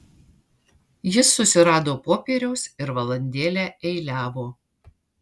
jis susirado popieriaus ir valandėlę eiliavo